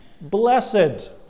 blessed